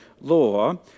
law